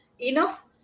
enough